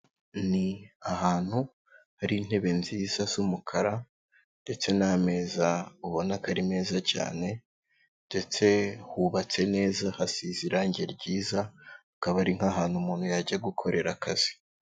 Ni ahantu hari intebe nziza z'umukara ndetse n'ameza ubona ko ari meza cyane, ndetse hubatse neza, hasize irangi ryiza, hakaba ari nk'ahantu umuntu yajya gukorera akazi.